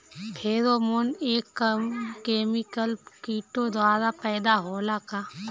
Pheromone एक chemical किटो द्वारा पैदा होला का?